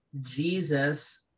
Jesus